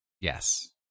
Yes